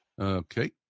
Okay